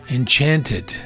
enchanted